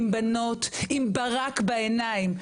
עם בנות עם ברק בעיניים,